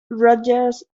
rodgers